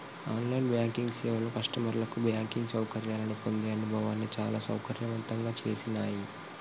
on line banking సేవలు కస్టమర్లకు banking సౌకర్యాలను పొందే అనుభవాన్ని చాలా సౌకర్యవంతంగా చేసినాయ్